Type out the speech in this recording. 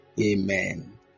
amen